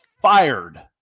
fired